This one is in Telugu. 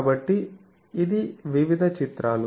కాబట్టి ఇది వివిధ చిత్రాలు